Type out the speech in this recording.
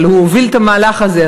אבל הוא הוביל את המהלך הזה,